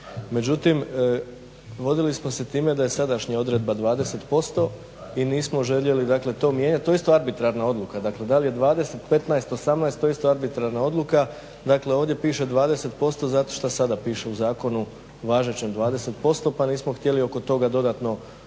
međutim vodili smo se time da je sadašnja odredba 20% i nismo željeli to mijenjati, to je isto arbitrarna odluka. Da li je 20, 15, 18 to je isto arbitrarna odluka. Ovdje piše 20% zato što u zakonu sada piše važećem 20% pa nismo htjeli oko toga dodatno